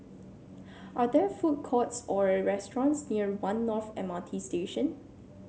are there food courts or restaurants near One North M R T Station